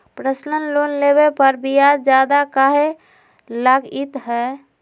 Personal loan लेबे पर ब्याज ज्यादा काहे लागईत है?